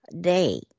day